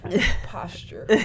posture